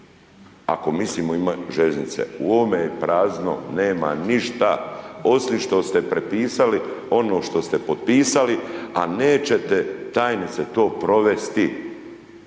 ako mislimo imati željeznice. U ovome je prazno, nema ništa osim što ste prepisali ono što ste potpisali a nećete tajnice to provesti.